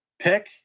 pick